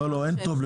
בוקר טוב.